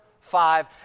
five